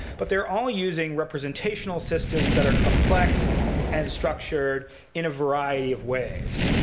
but they're all using representational systems that are complex and structured in a variety of ways.